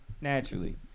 naturally